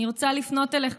אני רוצה לפנות אליך.